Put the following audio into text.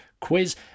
quiz